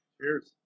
Cheers